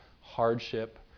hardship